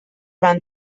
van